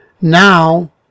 now